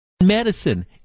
medicine